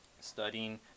studying